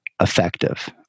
effective